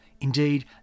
Indeed